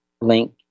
link